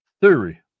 theory